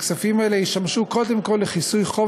הכספים האלה ישמשו קודם כול לכיסוי חוב